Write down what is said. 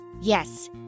Yes